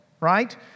right